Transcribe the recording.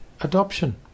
adoption